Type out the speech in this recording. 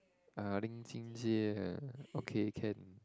uh Lin Jun Jie okay can